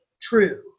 true